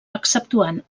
exceptuant